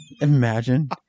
Imagine